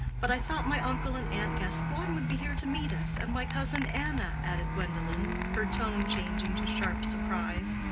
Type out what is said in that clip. but i thought my uncle and aunt gascoigne would be here to meet us, and my cousin anna, added gwendolen, her tone changed to sharp surprise.